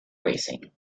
racing